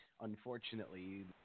unfortunately